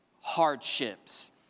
hardships